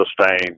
sustain